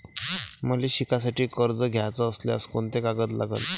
मले शिकासाठी कर्ज घ्याचं असल्यास कोंते कागद लागन?